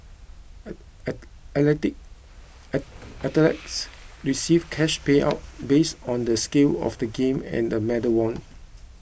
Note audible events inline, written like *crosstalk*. *unintelligible* athletes receive cash payouts based on the scale of the game and medal won